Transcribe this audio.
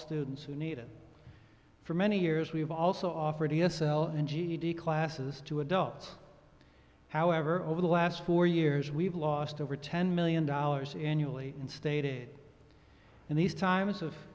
students who need it for many years we've also offered e s l and ged classes to adults however over the last four years we've lost over ten million dollars annually and stated in these times of